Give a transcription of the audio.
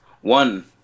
one